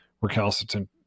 recalcitrant